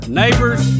neighbors